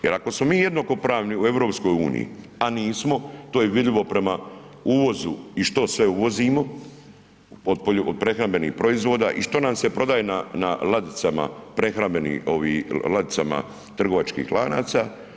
Jer ako smo mi jednakopravni u EU, a nismo, to je vidljivo prema uvozu i što sve uvozimo od prehrambenih proizvoda i što nam se prodaje na ladicama prehrambenim ladicama trgovačkih lanaca.